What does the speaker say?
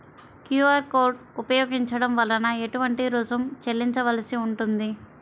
QR code ఉపయోగించటం వలన ఏటువంటి రుసుం చెల్లించవలసి ఉంటుంది?